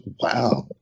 Wow